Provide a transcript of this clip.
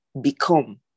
Become